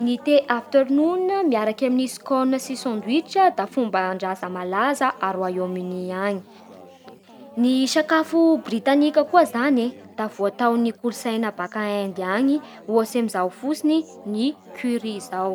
Ny tea afternoon miaraky amin'ny sandwich, da fomban-draza malaza a Royaume-Uni any. Ny sakafo britanika koa zany da voatao ny kolotsaina baka Inde any, ohatsin'izao fotsiny ny curry zao